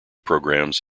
programs